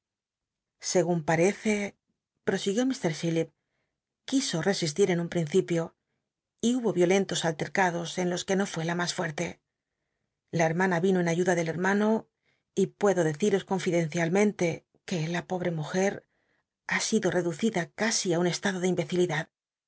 segun parece ptosiguió ml chillip quiso resistir en un pl'incipio y hubo violentos allcl'cados en los que no fué la mas fuerte la hetmana yino en ayuda del hcrmano y puedo deciros conlldencialmente que la pobre mujer ha sido reducida casi ü un estado de